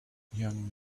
young